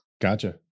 Gotcha